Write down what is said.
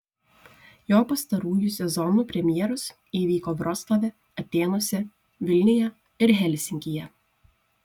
jo pastarųjų sezonų premjeros įvyko vroclave atėnuose vilniuje ir helsinkyje